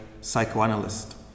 psychoanalyst